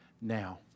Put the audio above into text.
now